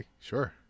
sure